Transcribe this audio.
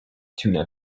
tuna